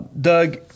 Doug